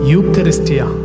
Eucharistia